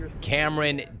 Cameron